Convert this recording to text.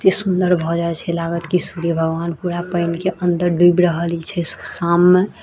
एतेक सुन्दर भऽ जाइ छै लागत कि सूर्य भगबान पूरा पानिके अन्दर डुबि रहल छै शाममे